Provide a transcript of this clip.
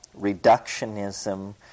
reductionism